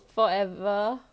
forever